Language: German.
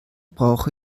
brauche